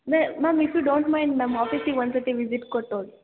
ಅದೆ ma'am if you don't mind ನಮ್ಮ ಆಫೀಸಿಗೆ ಒಂದ್ಸತಿ ವಿಸಿಟ್ ಕೊಟ್ಟು ಹೋಗಿ